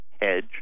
hedge